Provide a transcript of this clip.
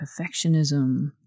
perfectionism